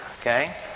Okay